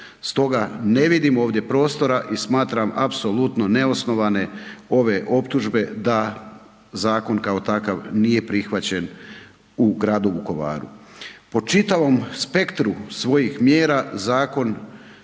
Stoga ne vidim ovdje prostora i smatram apsolutno neosnovane ove optužbe da zakon kao takav nije prihvaćen u gradu Vukovaru. Po čitavom spektru svojih mjera zakon